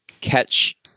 catch